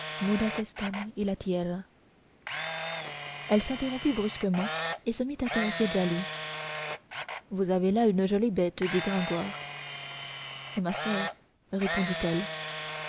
elle s'interrompit brusquement et se mit à caresser djali vous avez là une jolie bête dit gringoire c'est ma soeur répondit-elle